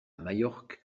majorque